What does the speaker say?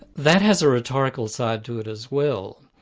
that has a rhetorical side to it as well,